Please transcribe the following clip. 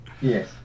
Yes